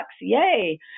Yay